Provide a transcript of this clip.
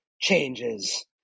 changes